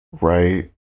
Right